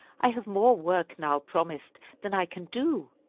i have more work now promised than i can do.